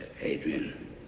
Adrian